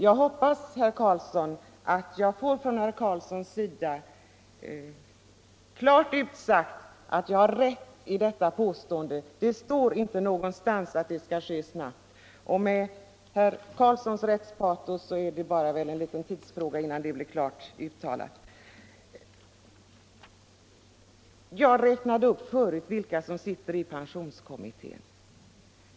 Jag hoppas att jag av herr Carlsson i Vikmanshyttan får klart utsagt att jag har rätt i detta påstående. Det står inte någonstans att det skall ske snabbt. Med herr Carlssons rättspatos är det väl bara en tidsfråga, innan det blir klart uttalat. Jag räknade tidigare upp vilka som sitter i pensionskommittén.